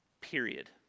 period